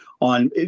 on